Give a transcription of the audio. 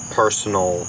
personal